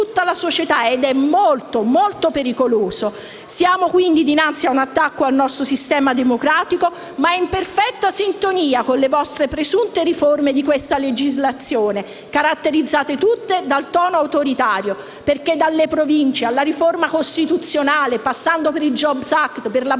Siamo quindi dinanzi a un attacco gravissimo al nostro sistema democratico ma in perfetta sintonia con le vostre presunte riforme di questa legislatura, caratterizzate tutte dal tono autoritario. Dalla legge Delrio sulle Province, alla riforma costituzionale, passando per il *jobs act* e la legge